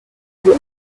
plait